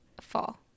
Fall